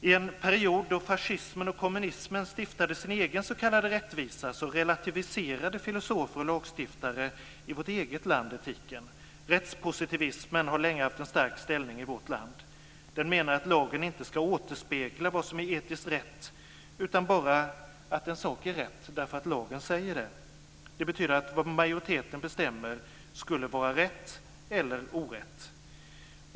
I en period då fascismen och kommunismen stiftade sin egen s.k. rättvisa relativiserade filosofer och lagstiftare i vårt eget land etiken. Rättspositivismen har länge haft en stark ställning i vårt land. Den menar att lagen inte ska återspegla vad som är etiskt rätt, utan bara att en sak är rätt därför att lagen säger det. Det betyder att vad majoriteten bestämmer skulle vara rätt eller orätt.